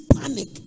panic